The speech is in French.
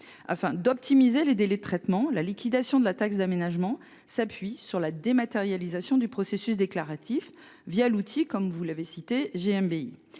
Afin d’optimiser les délais de traitement, la liquidation de la taxe d’aménagement s’appuie sur la dématérialisation du processus déclaratif l’outil GMBI, la création